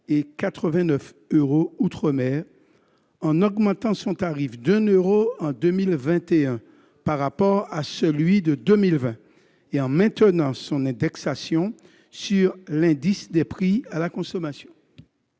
et 89 euros outre-mer, en augmentant son tarif de un euro en 2021 par rapport à celui de 2020 et en maintenant son indexation sur l'indice des prix à la consommation.